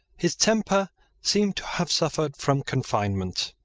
his temper seemed to have suffered from confinement.